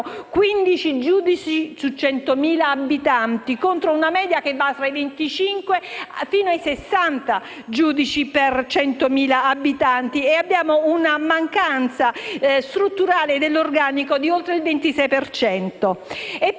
15 giudici per ogni 100.000 abitanti, contro una media che va dai 25 fino ai 60 giudici per 100.000 abitanti e abbiamo una mancanza strutturale dell'organico di oltre il 26